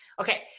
Okay